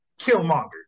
Killmonger